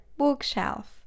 bookshelf